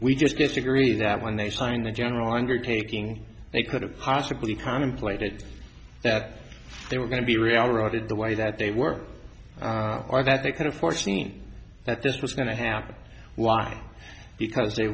we just disagree that when they signed the general undertaking they could have possibly contemplated that they were going to be reallocated the way that they were or that they could have foreseen that this was going to happen why because they